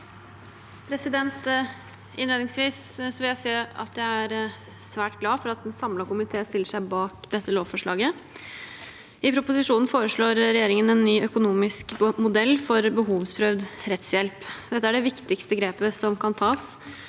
Innledningsvis vil jeg si at jeg er svært glad for at en samlet komité stiller seg bak dette lovforslaget. I proposisjonen foreslår regjeringen en ny økonomisk modell for behovsprøvd rettshjelp. Dette er det viktigste grepet som kan tas